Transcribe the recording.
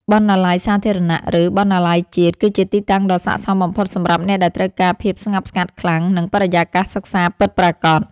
បណ្ណាល័យសាធារណៈ ឬបណ្ណាល័យជាតិ គឺជាទីតាំងដ៏ស័ក្ដិសមបំផុតសម្រាប់អ្នកដែលត្រូវការភាពស្ងប់ស្ងាត់ខ្លាំង និងបរិយាកាសសិក្សាពិតប្រាកដ។